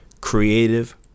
creative